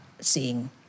seeing